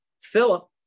philip